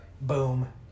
boom